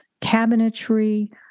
cabinetry